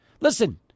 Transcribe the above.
listen